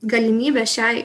galimybė šiai